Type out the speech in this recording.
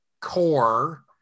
core